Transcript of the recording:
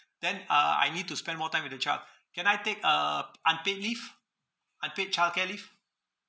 then uh I need to spend more time with the child can I take uh p~ unpaid leave unpaid childcare leave